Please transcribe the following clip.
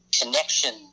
connection